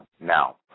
Now